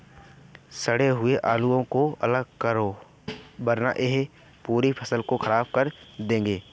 सड़े हुए आलुओं को अलग करो वरना यह पूरी फसल खराब कर देंगे